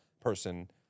person